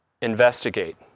investigate